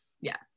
Yes